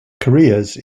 careers